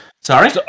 sorry